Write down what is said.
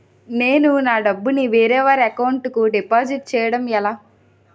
నేను నా డబ్బు ని వేరే వారి అకౌంట్ కు డిపాజిట్చే యడం ఎలా?